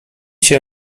się